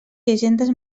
llegendes